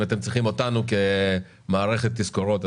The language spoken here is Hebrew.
אם אתם צריכים אותנו כמערכת תזכורות,